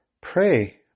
pray